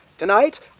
Tonight